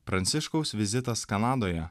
pranciškaus vizitas kanadoje